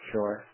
Sure